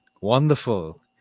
wonderful